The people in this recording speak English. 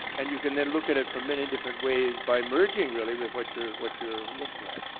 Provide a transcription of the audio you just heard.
and you can then look at it from many different ways by merging really with what you're what you're looking at.